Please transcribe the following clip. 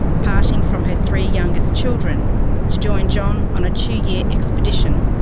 parting from her three youngest children to join john on a two-year expedition,